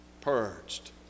purged